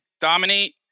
dominate